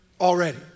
already